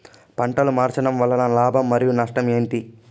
పంటలు మార్చడం వలన లాభం మరియు నష్టం ఏంటి